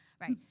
right